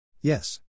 Yes